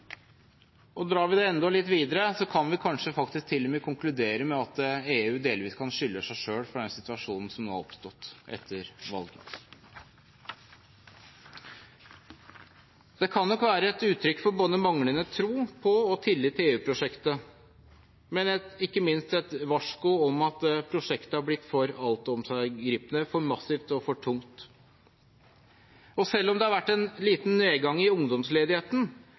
klokt. Drar vi det enda litt videre, kan vi kanskje til og med konkludere med at EU delvis kan skylde seg selv for den situasjonen som har oppstått etter valget. Den kan nok være et uttrykk for både manglende tro på og manglende tillit til EU-prosjektet og ikke minst et varsko om at prosjektet har blitt for altomfattende, for massivt og for tungt. Selv om det har vært en liten nedgang i ungdomsledigheten,